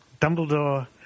Dumbledore